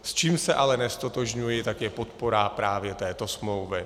S čím se ale neztotožňuji, je podpora právě této smlouvy.